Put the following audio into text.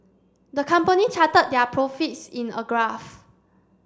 the company charted their profits in a graph